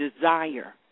desire